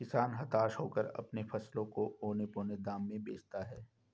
किसान हताश होकर अपने फसलों को औने पोने दाम में बेचता है